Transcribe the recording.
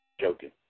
joking